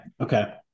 Okay